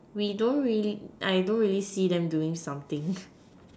we don't really I don't really see them doing something